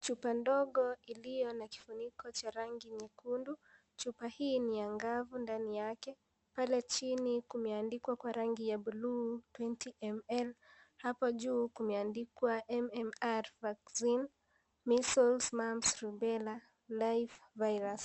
Chupa ndogo iliyo na kifuniko cha rangi nyekundu, chupa hii ni angavu ndani yake pale chini kumeandikwa kwa rangi ya buluu 20ml hapa juu kumeandikwa MMR vaccine, measles, mumps, rubella, life virus .